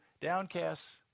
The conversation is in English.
downcast